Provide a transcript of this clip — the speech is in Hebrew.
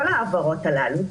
כל ההעברות הללו,